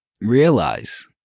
realize